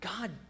God